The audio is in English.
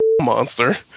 monster